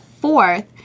fourth